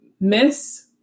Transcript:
MISS